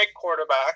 quarterback